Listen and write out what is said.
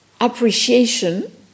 appreciation